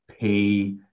Pay